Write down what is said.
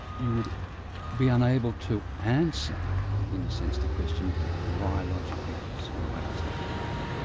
you would be unable to answer in a sense, the question why logic matters, or why does logic matter.